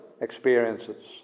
experiences